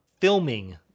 filming